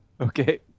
Okay